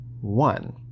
One